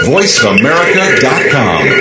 VoiceAmerica.com